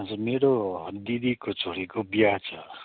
अनि त मेरो दिदीको छोरीको बिहा छ